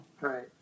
Right